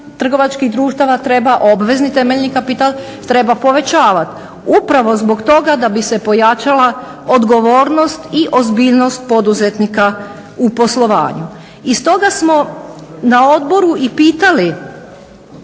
trgovačkih društava treba obvezni temeljni kapital treba povećavat upravo zbog toga da bi se pojačala odgovornost i ozbiljnost poduzetnika u poslovanju. I stoga smo na odboru i pitali